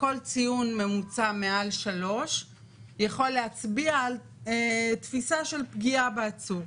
כל ציון ממוצע מעל 3 יכול להצביע על תפיסה של פגיעה בעצור.